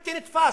בלתי נתפס.